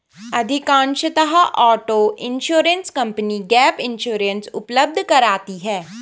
अधिकांशतः auto insurance company gap insurance उपलब्ध कराती है